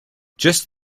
just